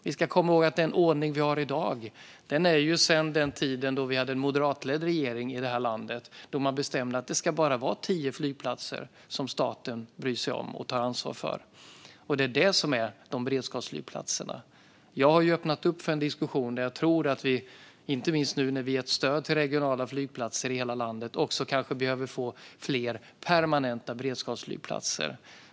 Vi ska komma ihåg att den ordning vi har i dag är sedan tiden då vi hade en moderatledd regering i det här landet. Då bestämde man att det bara ska vara tio flygplatser som staten bryr sig om och tar ansvar för. Det är de som är beredskapsflygplatserna. Jag har ju öppnat upp för en diskussion då jag tror att vi, inte minst nu när vi gett stöd till regionala flygplatser i hela landet, också behöver få fler permanenta beredskapsflygplatser.